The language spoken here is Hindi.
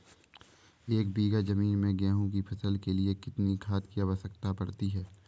एक बीघा ज़मीन में गेहूँ की फसल के लिए कितनी खाद की आवश्यकता पड़ती है?